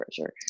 pressure